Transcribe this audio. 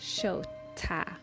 Shota